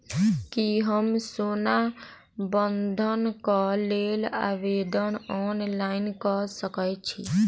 की हम सोना बंधन कऽ लेल आवेदन ऑनलाइन कऽ सकै छी?